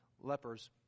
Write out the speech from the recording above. lepers